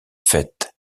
faite